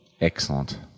Excellent